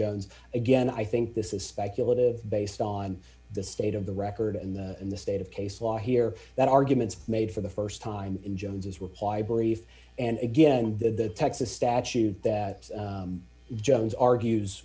jones again i think this is speculative based on the state of the record and in the state of case law here that arguments made for the st time in jones's require brief and again the texas statute that jones argues